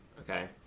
Okay